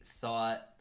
thought